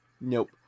nope